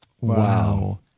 Wow